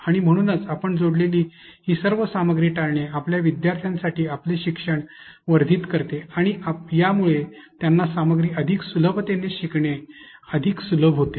आणि म्हणूनच आपण जोडलेली ही सर्व सामग्री टाळणे आपल्या विद्यार्थ्यांसाठी आपले शिक्षण वर्धित करते आणि यामुळे त्यांना सामग्री अधिक सुलभतेने समजणे अधिक सुलभ होते